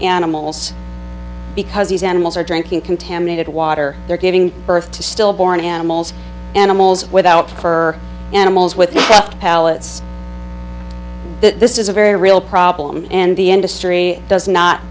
animals because these animals are drinking contaminated water they're giving birth to stillborn animals animals without her animals with palettes that this is a very real problem and the industry does not